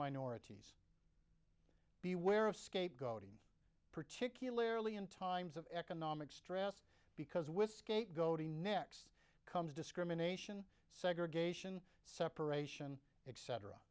minorities beware of scapegoating particularly in times of economic stress because with scapegoating next comes discrimination segregation separation exce